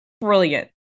brilliant